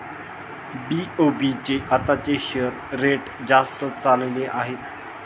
BOB चे आताचे share rate जास्तच चालले आहे